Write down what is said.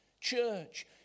church